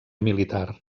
militar